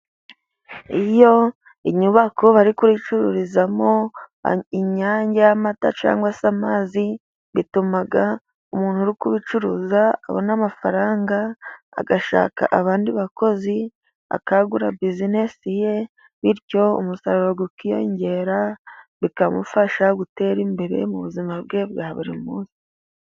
Iyo inyubako bari kuriyicururizamo, inyange y'amata cyangwag se amazi, bituma umuntu uri kubicuruza abona amafaranga, agashaka abandi bakozi, akagura bizinesi ye, bityo umusaruro ukiyongera, bikamufasha gutera imbere mu buzima bwe bwa buri munsi.